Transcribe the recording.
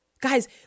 Guys